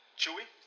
chewy